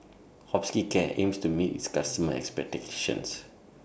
Hospicare aims to meet its customers' expectations